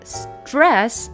stress